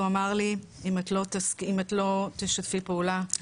הוא אמר לי אם את לא תשתפי פעולה,